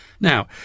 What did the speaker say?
Now